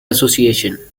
association